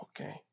okay